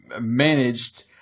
managed